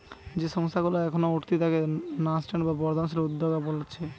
যেই সংস্থা গুলা এখন উঠতি তাকে ন্যাসেন্ট বা বর্ধনশীল উদ্যোক্তা বোলছে